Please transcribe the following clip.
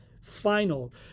final